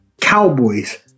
Cowboys